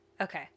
Okay